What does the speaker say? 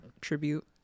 tribute